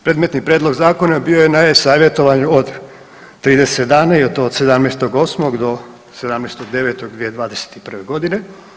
Predmetni prijedlog zakona bio je na e- savjetovanju od 30 dana i to od 17.8. do 17.9.2021. godine.